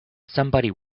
somebody